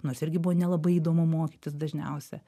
nors irgi buvo nelabai įdomu mokytis dažniausia